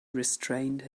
restrained